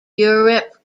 europe